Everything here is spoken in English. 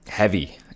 Heavy